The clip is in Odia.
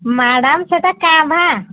ମ୍ୟାଡ଼ାମ୍ ସେଇଟା କାଁ ଭାଁ